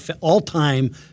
all-time